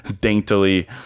daintily